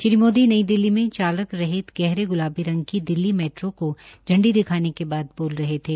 श्री मोदी नई दिल्ली में में चालक रहित गहरे ग्रलाबी रंग की दिल्ली मैट्रो को झंडी दिखाने के बाद बोल रहे थे